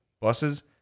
buses